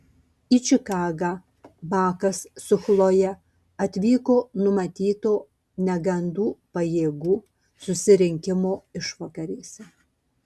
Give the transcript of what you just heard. į čikagą bakas su chloje atvyko numatyto negandų pajėgų susirinkimo išvakarėse